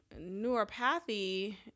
neuropathy